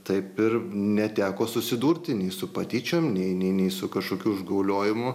taip ir neteko susidurti nei su patyčiom nei nei su kažkokiu užgauliojimu